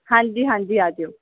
ਹਾਂਜੀ ਹਾਂਜੀ ਆਜਿਓ